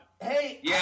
Hey